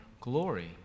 glory